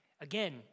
Again